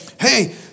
hey